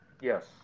Yes